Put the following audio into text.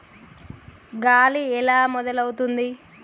గాలి ఎలా మొదలవుతుంది?